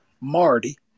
Marty